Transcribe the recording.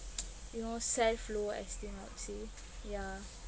your self low esteem lah you see ya